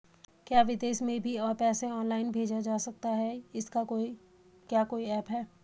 क्या विदेश में भी पैसा ऑनलाइन भेजा जा सकता है इसका क्या कोई ऐप है?